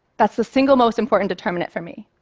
that's the single most important determinant for me.